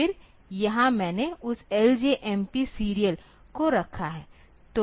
फिर यहाँ मैंने उस LJMP सीरियल को रखा हैं